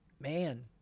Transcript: Man